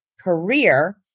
career